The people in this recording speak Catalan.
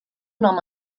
nom